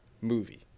movie